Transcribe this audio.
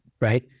right